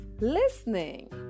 listening